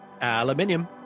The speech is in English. Aluminium